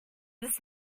this